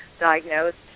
diagnosed